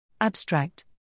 Abstract